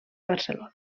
barcelona